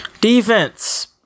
Defense